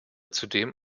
zudem